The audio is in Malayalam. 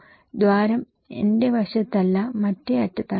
ദ്വാരം എന്റെ വശത്തല്ല മറ്റേ അറ്റത്താണ്